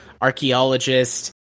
archaeologist